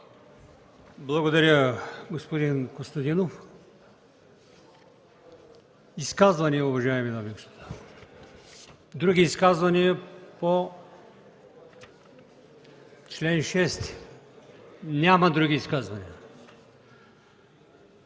Благодаря, господин Костадинов. Изказвания, уважаеми дами и господа? Други изказвания по чл. 6? Няма други изказвания.